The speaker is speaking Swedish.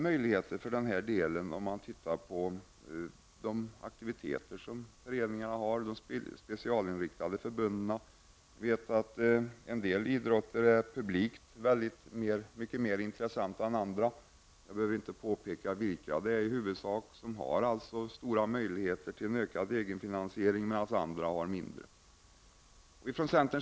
Möjligheterna härtill är mycket varierande beroende på de aktiviteter som föreningarna bedriver. En del idrotter är publikt mycket mer intressanta än andra. Jag behöver inte nämna vilka idrotter det är som har stora möjligheter till ökad egenfinansiering och vilka som inte har det.